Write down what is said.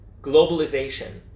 globalization